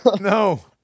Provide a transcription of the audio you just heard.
No